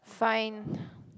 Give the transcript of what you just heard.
fine